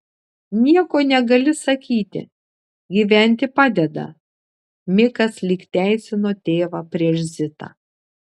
nieko negali sakyti gyventi padeda mikas lyg teisino tėvą prieš zitą